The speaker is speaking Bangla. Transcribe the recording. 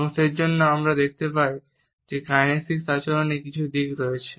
এবং সেইজন্য আমরা দেখতে পাই যে কাইনেসিক আচরণের কিছু দিক রয়েছে